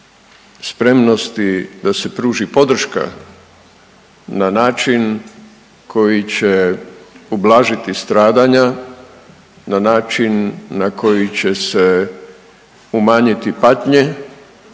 spremnosti da se pruži podrška na način koji će ublažiti stradanja, na način na koji će se umanjiti patnje